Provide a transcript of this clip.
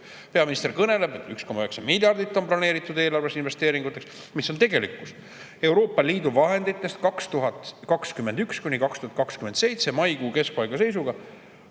Peaminister kõneleb, et 1,9 miljardit on planeeritud eelarves investeeringuteks. Mis on tegelikkus? Euroopa Liidu vahenditest 2021–2027 maikuu keskpaiga seisuga